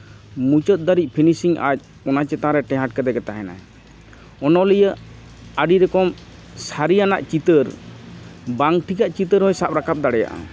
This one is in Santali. ᱢᱩᱪᱟᱹᱫ ᱫᱷᱟᱹᱨᱤᱡ ᱯᱷᱤᱱᱤᱥᱤᱝ ᱟᱡ ᱚᱱᱟ ᱪᱮᱛᱟᱱ ᱨᱮ ᱴᱮᱦᱟᱴ ᱠᱟᱛᱮ ᱜᱮ ᱛᱟᱦᱮᱱᱟᱭ ᱚᱱᱚᱞᱤᱭᱟᱹ ᱟᱹᱰᱤ ᱨᱚᱠᱚᱢ ᱥᱟᱹᱨᱤᱟᱱᱟᱜ ᱪᱤᱛᱟᱹᱨ ᱵᱟᱝ ᱴᱷᱤᱠᱟᱜ ᱪᱤᱛᱟᱹᱨ ᱦᱚᱸᱭ ᱥᱟᱵ ᱨᱟᱠᱟᱵ ᱫᱟᱲᱮᱭᱟᱜᱼᱟ